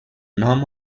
nom